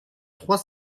trois